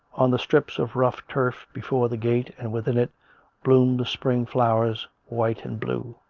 on the strips of rough turf before the gate and within it bloomed the spring flowers, white and blue.